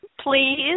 Please